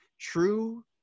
true